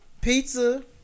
pizza